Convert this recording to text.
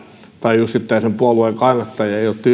tai yksittäisen puolueen kannattaja ei